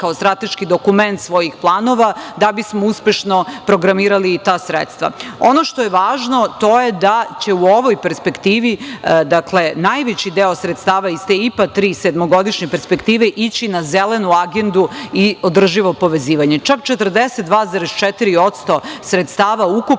kao strateški dokument svojih planova, da bismo uspešno programirali i ta sredstva. Ono što je važno, to je da će u ovoj perspektivi najveći deo sredstava iz te IPA III sedmogodišnje perspektive ići na zelenu agendu i održivo povezivanje. Čak 42,4% sredstava ukupnih